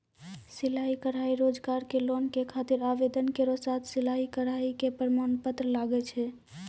सिलाई कढ़ाई रोजगार के लोन के खातिर आवेदन केरो साथ सिलाई कढ़ाई के प्रमाण पत्र लागै छै?